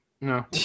No